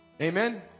Amen